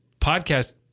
podcast